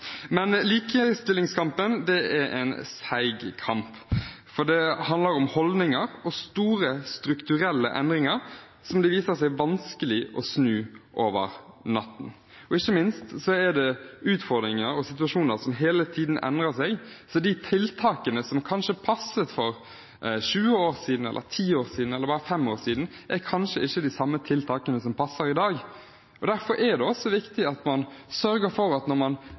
Men likestillingskampen er en seig kamp, for det handler om holdninger og store strukturelle endringer som det viser seg vanskelig å snu over natten. Ikke minst er det utfordringer og situasjoner som hele tiden endrer seg, så de tiltakene som passet for 20 år siden, 10 år siden eller bare 5 år siden, er kanskje ikke de samme tiltakene som passer i dag. Derfor er det også viktig å sørge for når man foreslår nye tiltak, at man tester dem ut og utreder dem for